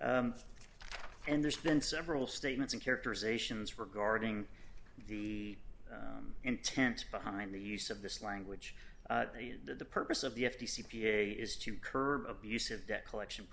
and there's been several statements and characterizations regarding the intent behind the use of this language that the purpose of the f t c p a is to curb abusive debt collection